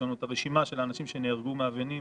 לנו רשימה של האנשים שנהרגו מאבנים,